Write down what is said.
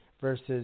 versus